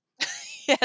yes